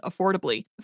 affordably